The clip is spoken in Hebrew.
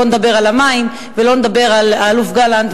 בואו נדבר על המים ולא נדבר על האלוף גלנט,